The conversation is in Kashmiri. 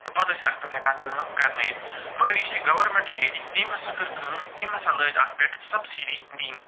تہٕ پتہٕ ٲسۍ اَتھ پٮ۪ٹھ ہٮ۪کان کٲم کَرٕنٲیِتھ مگر یُس یہِ گورمٮ۪نٛٹ چھِ ییٚتِچ تٔمۍ ہسا کٔر کٲم تٔمۍ ہسا لٲج اَتھ پٮ۪ٹھ سَبسیٖڈی دِنۍ